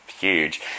huge